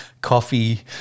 Coffee